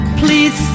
please